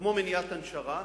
כמו מניעת הנשרה,